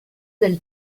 del